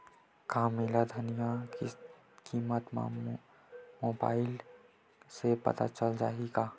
का मोला धनिया किमत ह मुबाइल से पता चल जाही का?